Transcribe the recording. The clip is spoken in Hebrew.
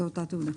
זו אותה תעודה.